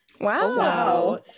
Wow